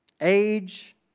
age